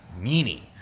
meaning